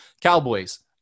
Cowboys –